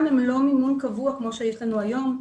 הם לא מימון קבוע כמו שיש לנו היום,